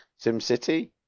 SimCity